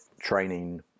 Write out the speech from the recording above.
training